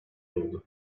oldu